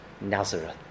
Nazareth